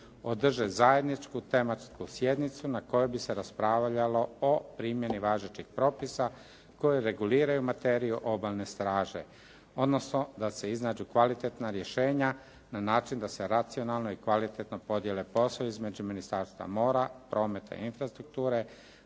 održe zajedničku tematsku sjednicu na kojoj bi se raspravljalo o primjeni važećih propisa koji reguliraju materiju Obalne straže, odnosno da se iznađu kvalitetna rješenja na način da se racionalno i kvalitetno podijele poslovi između Ministarstva mora, prometa i infrastrukture,